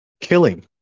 killing